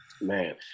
Man